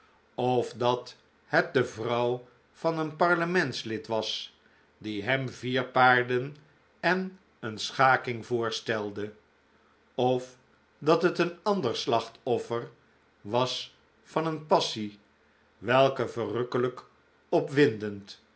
of dat het de vrouw van een parlementslid was die hem vier paarden en een schaking voorstelde of dat het een ander slachtoffer was van een passie welke verrukkelijk opwindend